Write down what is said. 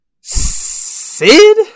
Sid